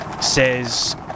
says